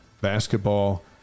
basketball